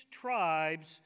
tribes